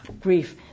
grief